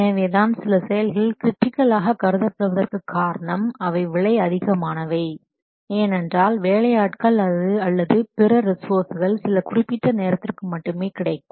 எனவேதான் சில செயல்கள் கிரிட்டிக்கல் ஆக கருதப்படுவதற்கு காரணம் அவை விலை அதிகமானவை ஏனென்றால் வேலையாட்கள் அல்லது பிற ரிசோர்ஸ்கள் சில குறிப்பிட்ட நேரத்திற்கு மட்டுமே கிடைக்கும்